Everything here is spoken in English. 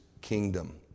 kingdom